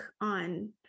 on